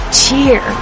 cheer